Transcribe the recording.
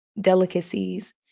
delicacies